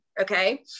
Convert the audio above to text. okay